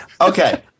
Okay